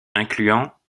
incluant